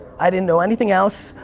i didn't know anything else.